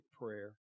prayer